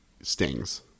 Stings